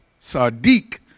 sadiq